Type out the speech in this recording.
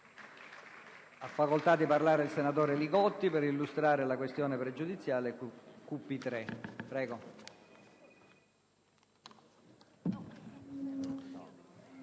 Ha chiesto di parlare il senatore D'Alia per illustrare la questione pregiudiziale QP4.